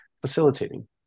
facilitating